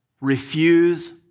refuse